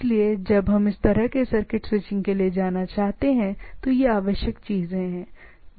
इसलिए जब हम इस तरह के सर्किट स्विचिंग के लिए जाना चाहते हैं तो ये आवश्यक चीजें हैं